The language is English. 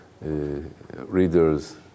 readers